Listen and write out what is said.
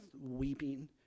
weeping